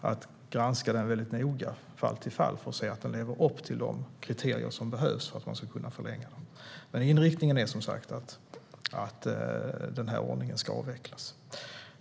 att granska den väldigt noga från fall till fall för att se att det lever upp till de kriterier som behövs för att man ska kunna förlänga. Inriktningen är dock att den här ordningen ska avvecklas.